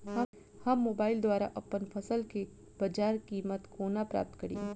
हम मोबाइल द्वारा अप्पन फसल केँ बजार कीमत कोना प्राप्त कड़ी?